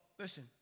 listen